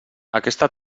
aquesta